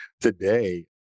today